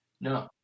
no